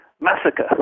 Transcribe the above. Massacre